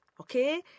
Okay